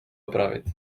opravit